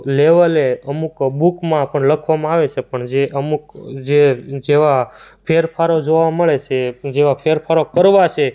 લેવલે અમુક બુકમાં પણ લખવામાં આવે છે પણ જે અમુક જે જેવા ફેરફારો જોવા મળે છે એ જેવા ફેરફારો કરવા છે